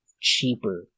cheaper